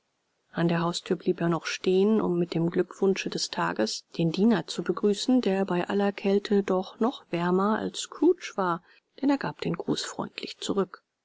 an der hausthür blieb er noch stehen um mit dem glückwunsche des tages den diener zu begrüßen der bei aller kälte doch noch wärmer als scrooge war denn er gab den gruß freundlich zurück